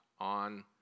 on